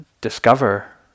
discover